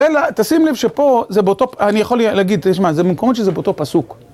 אלא תשים לב שפה זה באותו, אני יכול להגיד, תשמע, זה במקומות שזה באותו פסוק.